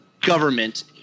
government